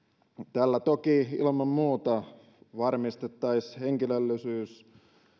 tällä toki ilman muuta varmistettaisiin henkilöllisyys